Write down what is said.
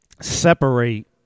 separate